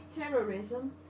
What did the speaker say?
terrorism